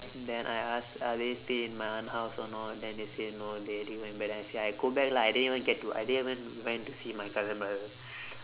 then I ask are they still in my aunt house or not then they say no they already went back then I say I go back lah I didn't even get to I didn't even went to see my cousin brother